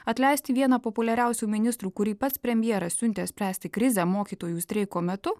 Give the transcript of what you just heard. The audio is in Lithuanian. atleisti vieną populiariausių ministrų kurį pats premjeras siuntė spręsti krizę mokytojų streiko metu